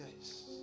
Yes